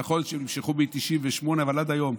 זה נכון שהם נמשכו מ-1998, אבל עד היום,